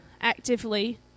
actively